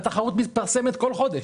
והתחרות מתפרסמת כל חודש,